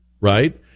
right